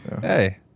Hey